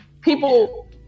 people